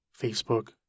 Facebook